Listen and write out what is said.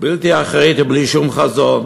בלתי אחראית ובלי שום חזון.